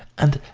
and,